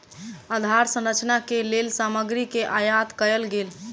आधार संरचना के लेल सामग्री के आयत कयल गेल